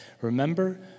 Remember